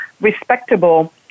respectable